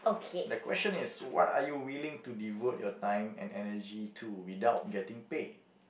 the question is what are you willing to devote your time and energy to without getting pay